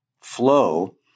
flow